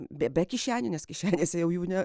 be be kišenių nes kišenėse jau jų ne